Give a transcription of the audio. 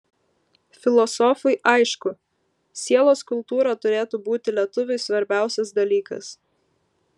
filosofui aišku sielos kultūra turėtų būti lietuviui svarbiausias dalykas